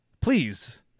please